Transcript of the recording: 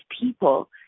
people